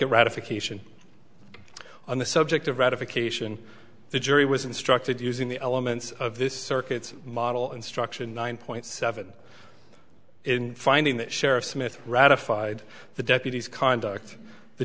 ratification on the subject of ratification the jury was instructed using the elements of this circuit's model instruction nine point seven in finding that sheriff smith ratified the deputy's conduct the